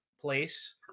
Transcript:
place